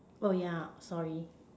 oh yeah sorry